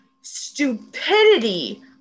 stupidity